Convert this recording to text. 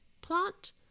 plant